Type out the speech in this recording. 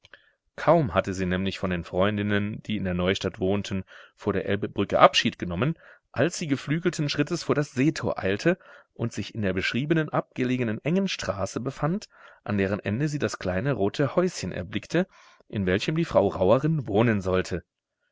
kaum hatte sie nämlich von den freundinnen die in der neustadt wohnten vor der elbbrücke abschied genommen als sie geflügelten schrittes vor das seetor eilte und sich in der beschriebenen abgelegenen engen straße befand an deren ende sie das kleine rote häuschen erblickte in welchem die frau rauerin wohnen sollte